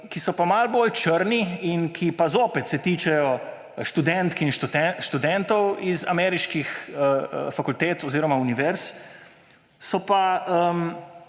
ki so pa malo bolj črni in ki pa se zopet tičejo študentk in študentov z ameriških fakultet oziroma univerz, so pa,